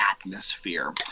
atmosphere